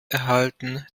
erhalten